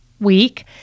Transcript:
week